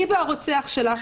היא והרוצח שלה.